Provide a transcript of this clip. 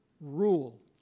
rule